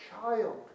child